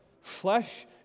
flesh